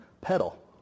pedal